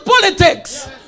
politics